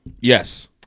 Yes